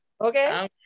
Okay